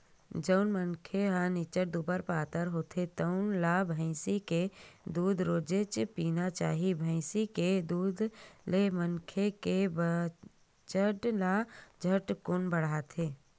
जउन मनखे ह निच्चट दुबर पातर होथे तउन ल भइसी के दूद रोजेच पीना चाही, भइसी के दूद ले मनखे के बजन ह झटकुन बाड़थे